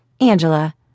Angela